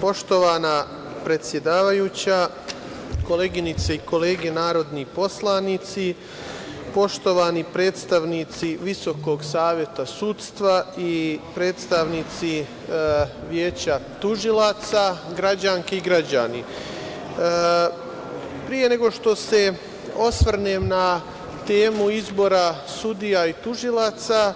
Poštovana predsedavajuća, koleginice i kolege narodni poslanici, poštovani predstavnici VSS i predstavnici Veća tužilaca, građanke i građani, pre nego što se osvrnem na temu izbora sudija i tužilaca,